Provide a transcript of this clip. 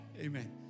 Amen